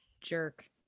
jerk